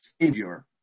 savior